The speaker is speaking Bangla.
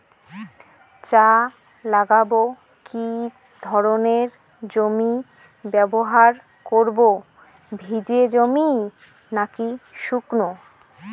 চা লাগাবো কি ধরনের জমি ব্যবহার করব ভিজে জমি নাকি শুকনো?